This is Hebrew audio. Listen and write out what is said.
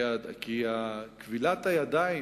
כי כבילת הידיים